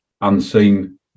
unseen